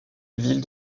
ville